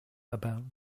about